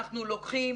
אנחנו לוקחים